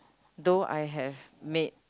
though I have maid